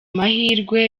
amahirwe